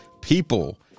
People